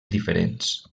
diferents